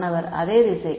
மாணவர் அதே திசை